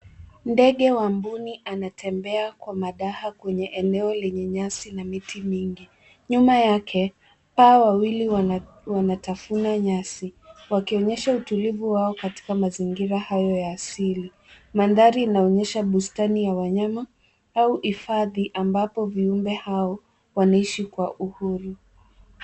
Ndege wa mbuni anatembea kwa madaha kwenye eneo lenye nyasi na miti mingi. Nyuma yake, paa wawili wana wanatafuna nyasi, wakionyesha utulivu wao katika mazingira hayo ya asili. Mandhari inaonyesha bustani ya wanyama au hifadhi, ambapo viumbe hao wanaishi kwa uhuru.